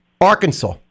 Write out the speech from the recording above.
Arkansas